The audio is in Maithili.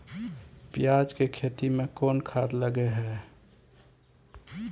पियाज के खेती में कोन खाद लगे हैं?